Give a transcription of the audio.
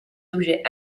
objets